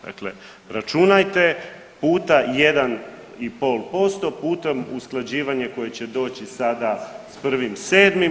Dakle računajte, puta 1,5% puta usklađivanje koje će doći sada s 1.7.